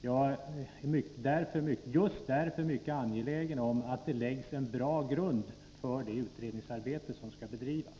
Jag är just därför mycket angelägen om att lägga en bra grund för det utredningsarbete som skall bedrivas.